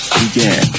began